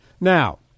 Now